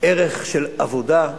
ערך של עבודה,